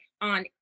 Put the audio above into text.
on